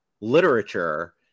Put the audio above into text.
literature